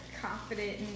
confident